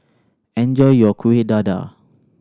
enjoy your Kueh Dadar